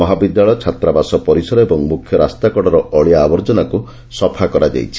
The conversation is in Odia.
ମହାବିଦ୍ୟାଳୟ ଛାତ୍ରାବାସ ପରିସର ଏବଂ ମୁଖ୍ୟ ରାସ୍ତାକଡ଼ର ଅଳିଆ ଆବର୍ଜନାକ ସଫା କରାଯାଇଛି